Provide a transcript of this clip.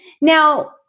Now